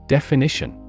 Definition